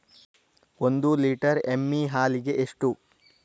ಒಂದು ಲೇಟರ್ ಎಮ್ಮಿ ಹಾಲಿಗೆ ಎಷ್ಟು?